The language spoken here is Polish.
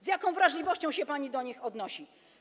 Z jaką wrażliwością się pani do nich odnosi?